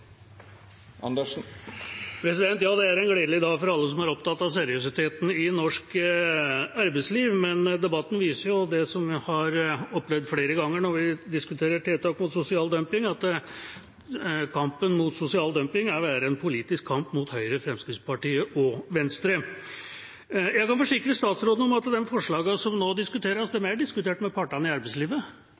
for alle som er opptatt av seriøsiteten i norsk arbeidsliv, men debatten viser jo det som vi har opplevd flere ganger når vi diskuterer tiltak mot sosial dumping, at kampen mot sosial dumping er en politisk kamp mot Høyre, Fremskrittspartiet og Venstre. Jeg kan forsikre statsråden om at de forslagene som nå diskuteres, er diskutert med partene i arbeidslivet.